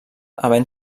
havent